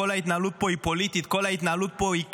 כל ההתנהלות פה היא פוליטית,